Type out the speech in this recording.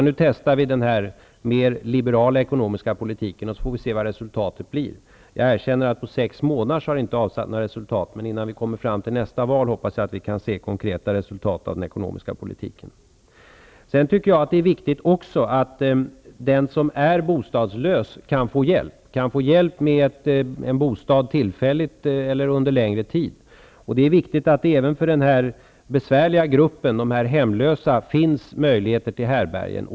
Nu testar vi denna mer liberala ekonomiska politiken, så får vi se vad resultatet blir. Jag erkänner att den på sex månader inte har avsatt några resultat. Men innan vi kommer fram till nästa val hoppas jag att vi kan se konkreta resultat av den ekonomiska politiken. Jag anser också att det är viktigt att den som är bostadslös kan få hjälp med en bostad tillfälligt eller under en längre tid. Det är viktigt att det även för denna besvärliga grupp, de hemlösa, finns möjligheter till härbärgen.